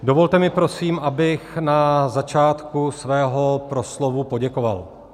Dovolte mi, prosím, abych na začátku svého proslovu poděkoval.